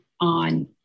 on